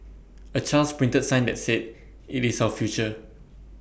A child's printed sign that said IT is our future